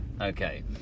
okay